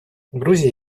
грузия